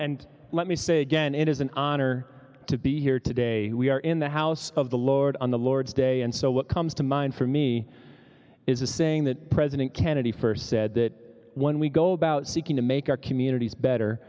and let me say again it is an honor to be here today we are in the house of the lord on the lord's day and so what comes to mind for me is the saying that president kennedy first said that when we go about seeking to make our communities better